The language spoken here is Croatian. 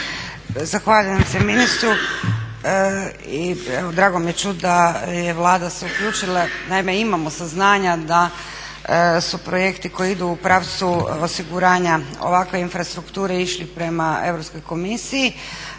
Zahvaljujem se ministru i evo drago mi je čuti da je Vlada se uključila. Naime, imamo saznanja da su projekti koji idu u pravcu osiguranja ovakve infrastrukture išli prema Europskoj komisiji.